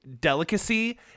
delicacy